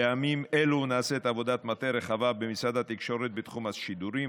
בימים אלו נעשית עבודת מטה רחבה במשרד התקשורת בתחום השידורים.